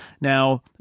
Now